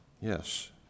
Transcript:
Yes